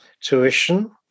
tuition